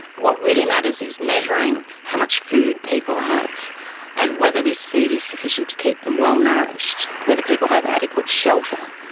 what really matters is measuring how much food people have and whether this food is sufficient to keep them well-nourished. whether people have adequate shelter.